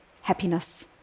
happiness